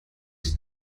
die